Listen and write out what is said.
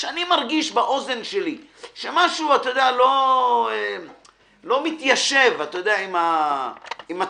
כשאני מרגיש באוזן שלי שמשהו לא מתיישב עם הצדק,